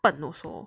笨 also